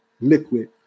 liquid